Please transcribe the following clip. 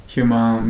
Human